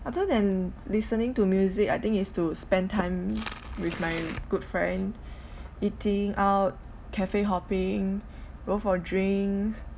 other than listening to music I think is to spend time with my good friend eating out cafe hopping go for drinks